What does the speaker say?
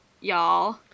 y'all